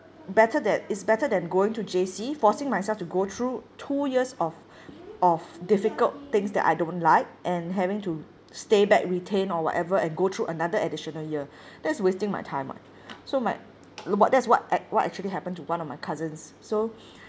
better that it's better than going to J_C forcing myself to go through two years of of difficult things that I don't like and having to stay back retain or whatever and go through another additional year that's wasting my time what so might what that's what act~ what actually happened to one of my cousins so